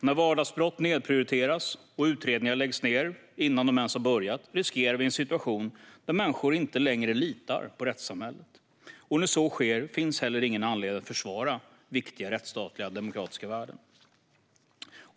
När vardagsbrott nedprioriteras och utredningar läggs ned innan de ens har börjat riskerar vi att få en situation där människor inte längre litar på rättssamhället, och när så sker finns det heller ingen anledning att försvara viktiga rättsstatliga och demokratiska värden.